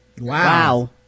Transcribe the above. Wow